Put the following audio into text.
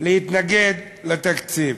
להתנגד לתקציב.